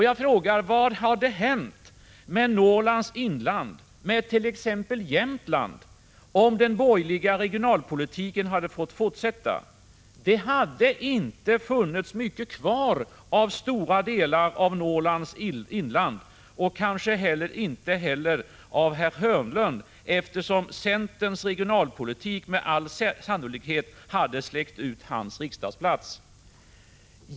Jag frågar: Vad hade hänt med Norrlands inland, med t.ex. Jämtland, om den borgerliga regionalpolitiken hade fått fortsätta? Det hade inte funnits mycket kvar av stora delar av Norrlands inland, och kanske inte heller av herr Hörnlund, eftersom centerns regionalpolitik med all sannolikhet hade släckt ut hans riksdagsplats.